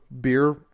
beer